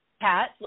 Pat